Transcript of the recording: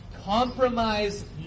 Compromise